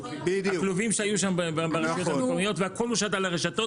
הכלובים שהיו ברשויות המקומיות והכול הושת על הרשתות,